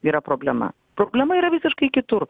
yra problema problema yra visiškai kitur